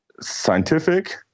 scientific